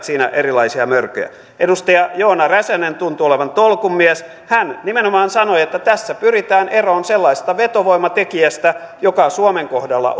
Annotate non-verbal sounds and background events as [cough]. [unintelligible] siinä erilaisia mörköjä edustaja joona räsänen tuntuu olevan tolkun mies hän nimenomaan sanoi että tässä pyritään eroon sellaisesta vetovoimatekijästä joka suomen kohdalla [unintelligible]